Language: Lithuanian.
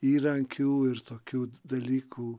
įrankių ir tokių dalykų